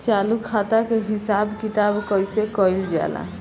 चालू खाता के हिसाब किताब कइसे कइल जाला?